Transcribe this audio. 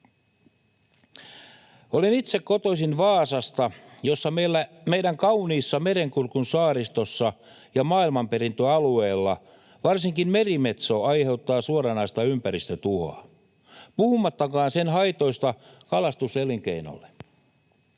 Olen itse kotoisin Vaasasta, jossa meidän kauniissa Merenkurkun saaristossa ja maailmanperintöalueella varsinkin merimetso aiheuttaa suoranaista ympäristötuhoa, puhumattakaan sen haitoista kalastuselinkeinolle.